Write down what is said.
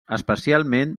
especialment